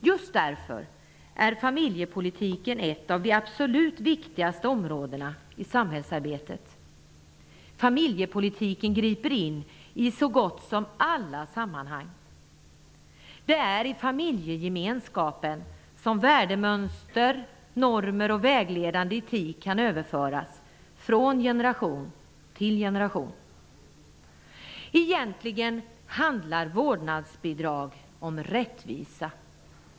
Just därför är familjepolitiken ett av de absolut viktigaste områdena i samhällsarbetet. Familjepolitiken griper in i så gott som alla sammanhang. Det är i familjegemenskapen som värdemönster, normer och vägledande etik kan överföras från generation till generation. Egentligen handlar vårdnadsbidrag om rättvisa.